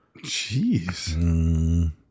Jeez